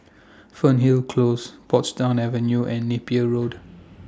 Fernhill Close Portsdown Avenue and Napier Road